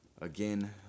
again